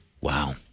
Wow